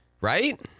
right